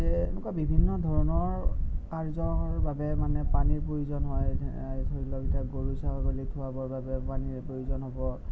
ইয়াতে এনেকুৱা বিভিন্ন ধৰণৰ কাৰ্যৰ বাবে মানে পানীৰ প্ৰয়োজন হয় ধৰি লওক এতিয়া গৰু ছাগলী ধুৱাবৰ বাবে পানীৰ প্ৰয়োজন হ'ব